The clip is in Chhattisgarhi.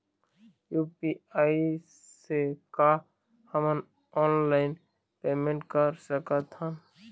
यू.पी.आई से का हमन ऑनलाइन पेमेंट कर सकत हन?